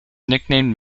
nicknamed